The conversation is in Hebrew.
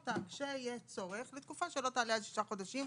אלא יש אפשרות לקבוע אותה כשיש צורך לתקופה שלא תעלה על שישה חודשים.